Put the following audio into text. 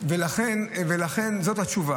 לכן זאת התשובה.